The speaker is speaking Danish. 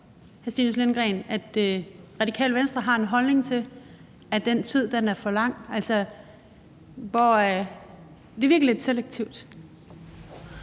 at Radikale Venstre har en holdning til, at den tid er for kort? Altså, det virker lidt selektivt.